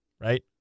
right